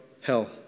hell